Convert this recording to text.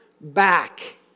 back